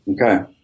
Okay